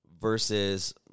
Versus